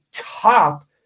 Top